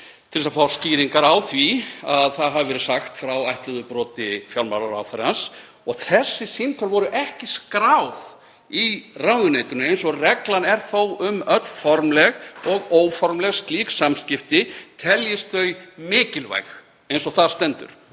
til að fá skýringar á því að sagt hafi verið frá ætluðu broti fjármálaráðherrans. Og þau símtöl voru ekki skráð í ráðuneytinu, eins og reglan er þó um öll slík formleg og óformleg samskipti, teljist þau mikilvæg, eins og þar stendur.